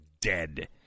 dead